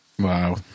Wow